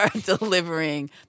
delivering